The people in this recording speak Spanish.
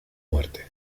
muerte